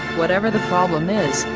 whatever the problem is,